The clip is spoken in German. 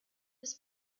des